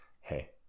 hey